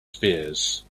spears